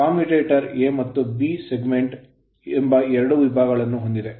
commutator commutator A ಮತ್ತು B segment segment ಎಂಬ ಎರಡು ವಿಭಾಗಗಳನ್ನು ಹೊಂದಿದೆ